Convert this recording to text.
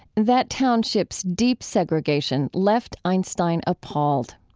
that township's deep segregation left einstein appalled.